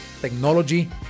technology